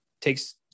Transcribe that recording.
takes